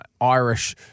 Irish